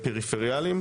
פריפריאליים,